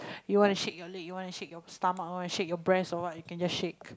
you wanna shake your leg you wanna shake your stomach you wanna shake your breast or what you can just shake